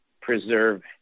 preserve